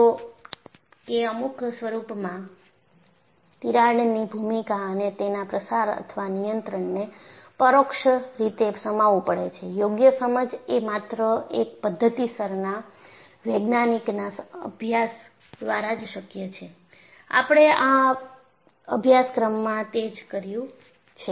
જો કે અમુક સ્વરૂપમાં તિરાડની ભૂમિકા અને તેના પ્રસાર અથવા નિયંત્રણને પરોક્ષ રીતે સમાવું પડે છે યોગ્ય સમજ એ માત્ર એક પદ્ધતિસરના વૈજ્ઞાનિકના અભ્યાસ દ્વારા જ શક્ય છે આપણે આ અભ્યાસક્રમમાં તે જ શરૂ કર્યું છે